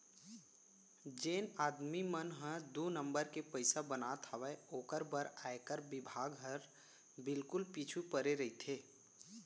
जेन आदमी मन ह दू नंबर के पइसा बनात हावय ओकर बर आयकर बिभाग हर बिल्कुल पीछू परे रइथे